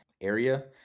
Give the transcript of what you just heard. area